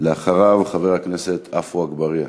לאחריו, חבר הכנסת עפו אגבאריה.